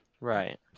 Right